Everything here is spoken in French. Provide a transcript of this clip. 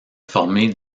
formée